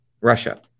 Russia